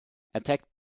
attacked